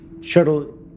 shuttle